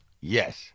Yes